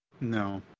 No